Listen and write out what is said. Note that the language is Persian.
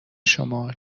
شما